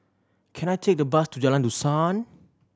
can I take a bus to Jalan Dusan